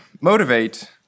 motivate